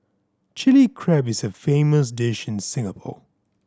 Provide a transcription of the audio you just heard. Chilli Crab is a famous dish in Singapore